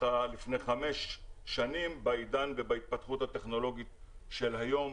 לפני 5 שנים בעידן ובהתפתחות הטכנולוגית של היום,